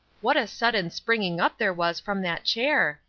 what a sudden springing up there was from that chair!